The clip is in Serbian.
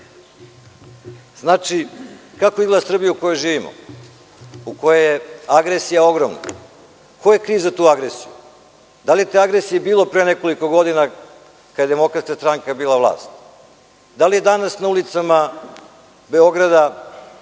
kako izgleda Srbija u kojoj živimo, u kojoj je agresija ogromna? Ko je kriv za tu agresiju? Da li je te agresije bilo pre nekoliko godina kada je DS bila na vlasti? Da li danas na ulicama Beograda,